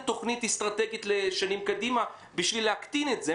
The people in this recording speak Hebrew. תוכנית אסטרטגית לשנים קדימה בשביל להקטין את זה.